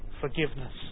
forgiveness